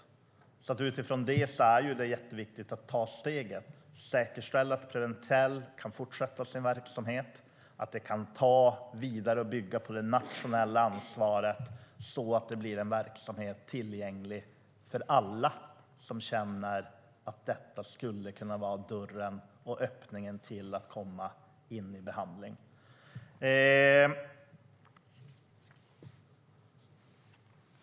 Utifrån detta är det viktigt att ta steget och säkerställa att Preventell kan fortsätta sin verksamhet och bygga vidare på det nationella ansvaret, så att det blir en verksamhet tillgänglig för alla som känner att detta skulle kunna vara dörren och öppningen till att komma in i behandling.